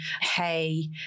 hay